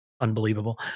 Unbelievable